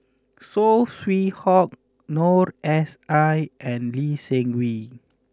Saw Swee Hock Noor S I and Lee Seng Wee